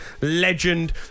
legend